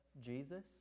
Jesus